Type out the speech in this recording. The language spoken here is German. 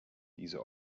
diese